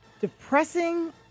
Depressing